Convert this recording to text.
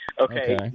Okay